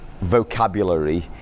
vocabulary